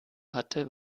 hatte